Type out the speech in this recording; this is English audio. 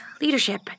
Leadership